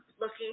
Looking